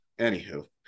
anywho